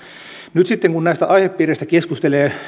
nyt sitten kun näistä aihepiireistä keskustelee